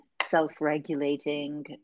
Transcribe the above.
self-regulating